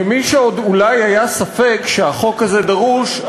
למי שעוד אולי היה ספק בכך שהחוק הזה דרוש,